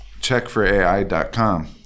checkforai.com